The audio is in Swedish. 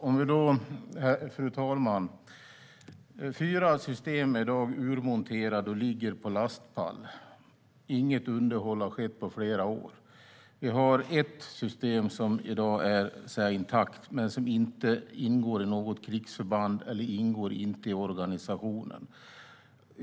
Fru talman! Fyra system är i dag urmonterade och ligger på lastpall. Inget underhåll har skett på flera år. Vi har ett system som i dag är intakt men som inte ingår i något krigsförband eller i organisationen.